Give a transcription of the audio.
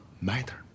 matter